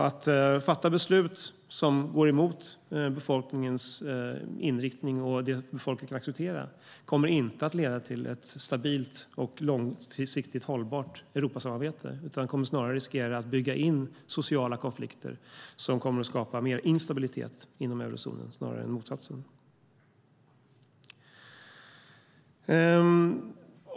Att fatta beslut som går emot befolkningens inriktning och det folket accepterar kommer inte att leda till ett stabilt och långsiktigt hållbart Europasamarbete. Det kommer snarare att riskera att leda till att sociala konflikter byggs in, vilket kommer att skapa mer instabilitet inom eurozonen i stället för motsatsen.